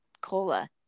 cola